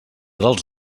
dels